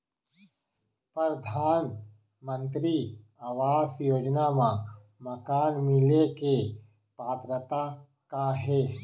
परधानमंतरी आवास योजना मा मकान मिले के पात्रता का हे?